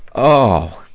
oh!